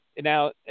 now